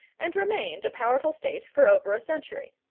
and remained a powerful state for over a century.